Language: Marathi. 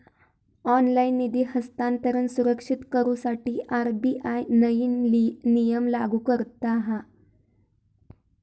ऑनलाइन निधी हस्तांतरण सुरक्षित करुसाठी आर.बी.आय नईन नियम लागू करता हा